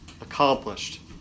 accomplished